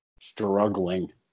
struggling